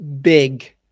big